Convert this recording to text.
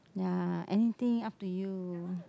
ya anything up to you